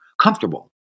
comfortable